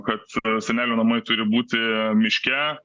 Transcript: kad senelių namai turi būti miške